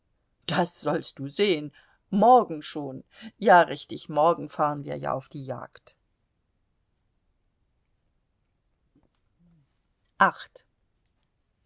das sollst du sehen morgen schon ja richtig morgen fahren wir ja auf die jagd